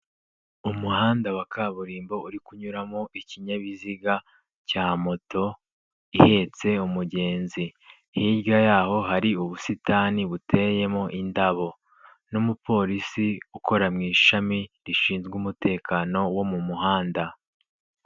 Umuhanda wa kaburimbo uri kunyuramo ikinyabiziga cya moto ihetse umugenzi, hirya yaho hari ubusitani buteyemo indabo n'umuporisi ukora mu ishami rishinzwe umutekano wo mu muhanda.